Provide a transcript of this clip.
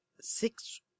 six